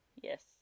Yes